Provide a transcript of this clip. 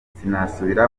sinasubira